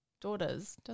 daughters